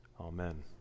Amen